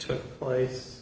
took place